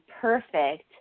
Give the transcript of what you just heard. perfect